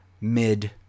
mid